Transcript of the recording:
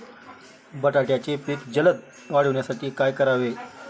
बटाट्याचे पीक जलद वाढवण्यासाठी काय करावे?